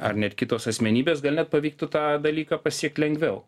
ar net kitos asmenybės gal net pavyktų tą dalyką pasiekt lengviau